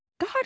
God